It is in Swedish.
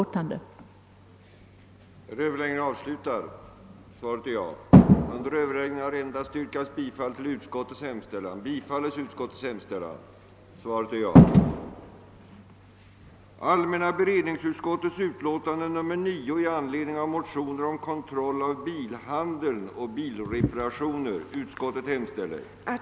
Ett system att motverka skadeverkningarna av viss reklam